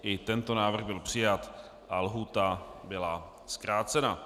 I tento návrh byl přijat a lhůta byla zkrácena.